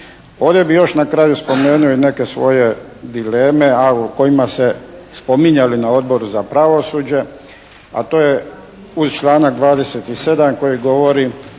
Volio bih još na kraju spomenuti i neke svoje dileme a o kojima se spominjalo na Odboru za pravosuđe a to je uz članak 27. koji govori